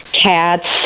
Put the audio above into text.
cats